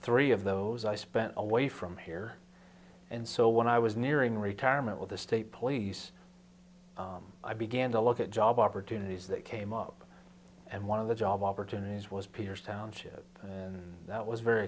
three of those i spent away from here and so when i was nearing retirement with the state police i began to look at job opportunities that came up and one of the job opportunities was peters township and that was very